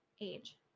age